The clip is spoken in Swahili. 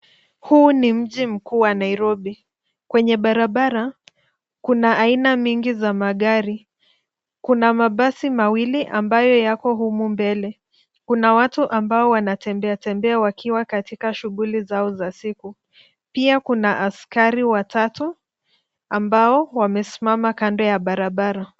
Huu ni mji mkuu wa Nairobi. Kwenye barabara kuna aina mingi za magari. Kuna mabasi mawili ambayo yako humu mbele. Kuna watu ambao wanatembea tembea wakiwa katika shughuli zao za siku. Pia kuna askari watatu ambao wamesimama kando ya barabara.